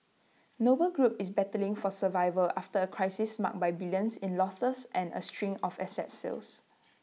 noble group is battling for survival after A crisis marked by billions in losses and A string of asset sales